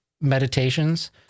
meditations